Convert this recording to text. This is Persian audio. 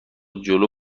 جلو